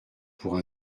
pour